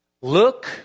Look